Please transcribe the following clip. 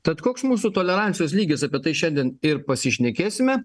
tad koks mūsų tolerancijos lygis apie tai šiandien ir pasišnekėsime